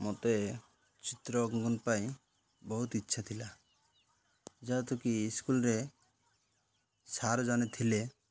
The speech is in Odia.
ମୋତେ ଚିତ୍ର ଅଙ୍କନ ପାଇଁ ବହୁତ ଇଚ୍ଛା ଥିଲା ଯାହେତୁ କିି ଇସ୍କୁଲ୍ରେ ସାର୍ ଜଣେ ଥିଲେ